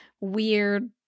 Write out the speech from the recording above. weird